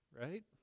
right